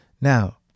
Now